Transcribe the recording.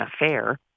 affair